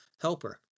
Helper